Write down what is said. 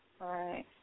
right